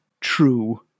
True